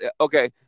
okay